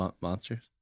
Monsters